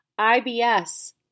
IBS